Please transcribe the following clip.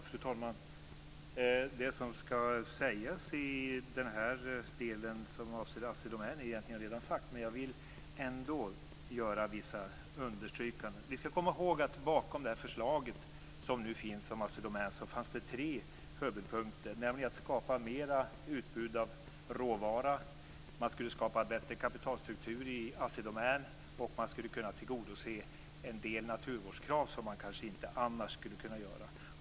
Fru talman! Det som skall sägas i den del som avser Assi Domän är egentligen redan sagt. Men jag vill ändå göra vissa understrykanden. Vi skall komma i håg att bakom det förslag som nu finns om Assi Domän fanns det tre huvudpunkter. Man skulle skapa ett större utbud av råvara, man skulle skapa en bättre kapitalstruktur i Assi Domän och man skulle kunna tillgodose en del naturvårdskrav som man annars kanske inte skulle kunna göra.